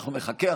אנחנו נחכה.